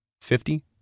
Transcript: Fifty